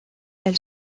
elle